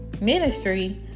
ministry